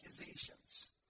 accusations